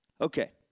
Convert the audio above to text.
Okay